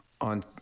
on